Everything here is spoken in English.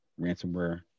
ransomware